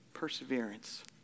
Perseverance